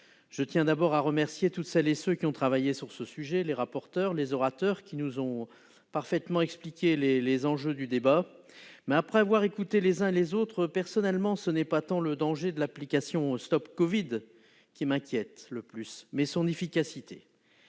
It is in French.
Je tiens tout d'abord à remercier toutes celles et tous ceux qui ont travaillé sur ce sujet : les rapporteurs, mais aussi les orateurs, qui nous ont parfaitement expliqué les enjeux du débat. Après avoir écouté les uns les autres, ce n'est pas tant le danger de l'application StopCovid qui m'inquiète le plus ; c'est son efficacité